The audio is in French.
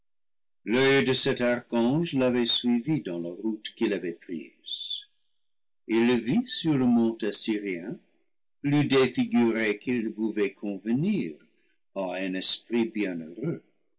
l'oeil de cet archange l'avait suivi dans la route qu'il avait prise il le vit sur le mont assyrien plus défiguré qu'il ne pouvait convenir à un esprit bienheureux